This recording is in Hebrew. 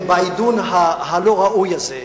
בעידון הלא ראוי-הזה.